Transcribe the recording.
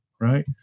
right